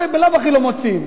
אולי בלאו הכי לא מוצאים,